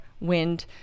wind